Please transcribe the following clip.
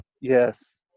Yes